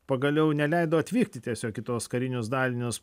pagaliau neleido atvykti tiesiog į tuos karinius dalinius